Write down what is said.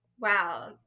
wow